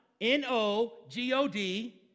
N-O-G-O-D